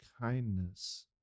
kindness